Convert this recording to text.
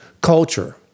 culture